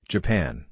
Japan